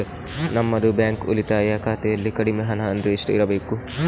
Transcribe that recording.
ನಮ್ಮದು ಬ್ಯಾಂಕ್ ಉಳಿತಾಯ ಖಾತೆಯಲ್ಲಿ ಕಡಿಮೆ ಹಣ ಅಂದ್ರೆ ಎಷ್ಟು ಇರಬೇಕು?